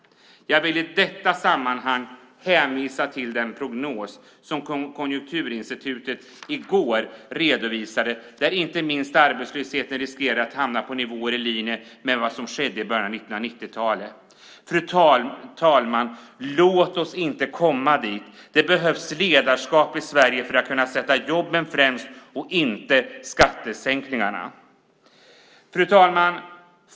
Jag vill i detta sammanhang hänvisa till den prognos som Konjunkturinstitutet i går redovisade där inte minst arbetslösheten riskerar att hamna på nivåer i linje med vad som skedde i början av 1990-talet. Fru talman! Låt oss inte komma dit. Det behövs ledarskap i Sverige för att sätta jobben, inte skattesänkningarna, främst. Fru talman!